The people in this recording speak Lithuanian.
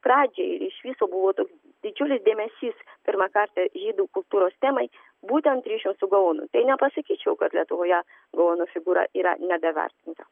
pradžiai ir iš viso buvo toks didžiulis dėmesys pirmą kartą žydų kultūros temai būtent ryšio su gaonu tai nepasakyčiau kad lietuvoje gano figūra yra nedavertina